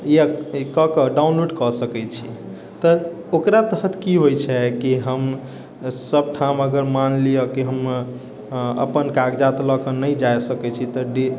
यऽ कऽ कऽ डाउनलोड कऽ सकैत छी तऽ ओकरा तहत की होइत छै कि हम सभठाम अगर मान लिअ कि हम अपन कागजात लऽ कऽ नहि जाय सकैत छी तऽ डे